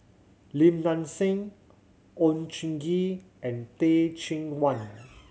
Lim Nang Seng Oon Jin Gee and Teh Cheang Wan